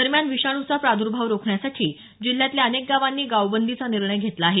दरम्यान विषाणूचा प्रादर्भाव रोखण्यासाठी जिल्ह्यातल्या अनेक गावांनी गावबंदीचा निर्णय घेतला आहे